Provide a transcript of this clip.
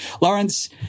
Lawrence